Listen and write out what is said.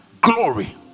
glory